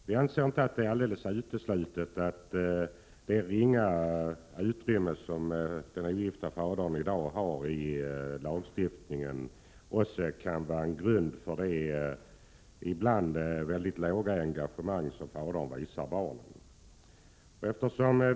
Vi anser inte att det är alldeles uteslutet att det obetydliga utrymme som den ogifte fadern har i lagstiftningen också kan vara en orsak till det ibland mycket ringa engagemang som fadern visar gentemot barnen.